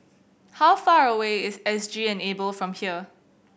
how far away is S G Enable from here